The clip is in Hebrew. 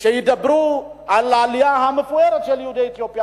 שידברו על העלייה המפוארת של יהודי אתיופיה,